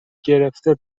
گرفته